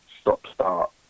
stop-start